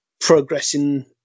progressing